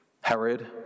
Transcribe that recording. Herod